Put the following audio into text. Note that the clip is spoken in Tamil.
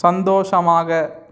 சந்தோஷமாக